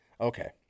Okay